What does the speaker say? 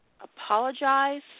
apologize